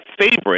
favorite